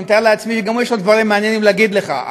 שאני מתאר לעצמי שגם לה יש דברים מעניינים להגיד לך,